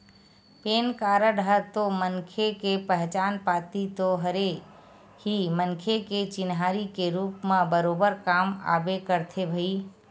PAN card ह तो मनखे के पहचान पाती तो हरे ही मनखे के चिन्हारी के रुप म बरोबर काम आबे करथे भई